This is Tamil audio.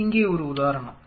இங்கே ஒரு உதாரணம்